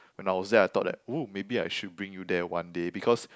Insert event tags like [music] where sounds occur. when I was there I thought that [noise] maybe I should bring you there one day because